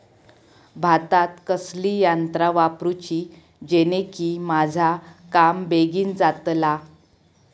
भातात कसली यांत्रा वापरुची जेनेकी माझा काम बेगीन जातला?